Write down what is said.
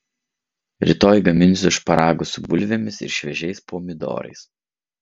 rytoj gaminsiu šparagus su bulvėmis ir šviežiais pomidorais